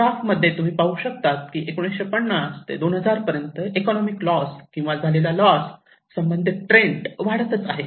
graph मध्ये तुम्ही पाहु शकता की 1950 ते 2000 पर्यंत इकॉनोमिक लॉस किंवा झालेला लॉस संबंधित ट्रेंड वाढतच आहे